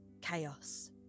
chaos